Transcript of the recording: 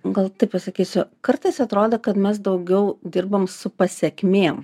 gal taip pasakysiu kartais atrodo kad mes daugiau dirbam su pasekmėm